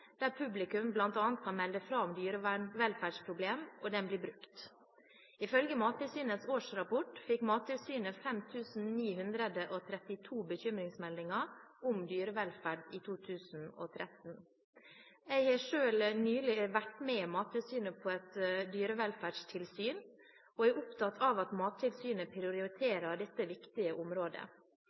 der publikum bl.a. kan melde fra om dyrevelferdsproblemer, og den blir brukt. Ifølge Mattilsynets årsrapport fikk Mattilsynet 5 932 bekymringsmeldinger om dyrevelferd i 2013. Jeg har selv nylig vært med Mattilsynet på et dyrevelferdstilsyn og er opptatt av at Mattilsynet prioriterer dette viktige området.